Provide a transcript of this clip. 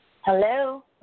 Hello